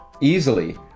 easily